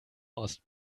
ost